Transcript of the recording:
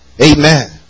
Amen